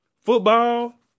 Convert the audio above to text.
football